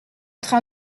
train